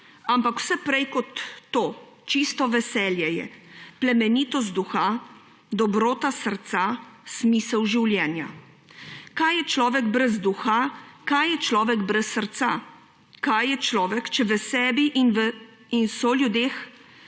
ampak vse prej kot to; čisto veselje je. Plemenitost duha, dobrota srca, smisel življenja. Kaj je človek brez duha? Kaj je človek brez srca? Kaj je človek, če v sebi in soljudeh